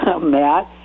Matt